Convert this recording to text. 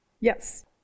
Yes